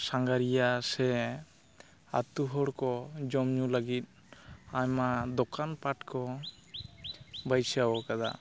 ᱥᱟᱸᱜᱷᱟᱨᱤᱭᱟᱹ ᱥᱮ ᱟᱛᱳ ᱦᱚᱲ ᱠᱚ ᱡᱚᱢ ᱧᱩ ᱞᱟᱹᱜᱤᱫ ᱟᱭᱢᱟ ᱫᱚᱠᱟᱱ ᱯᱟᱴ ᱠᱚ ᱵᱟᱹᱭᱥᱟᱣ ᱠᱟᱫᱟ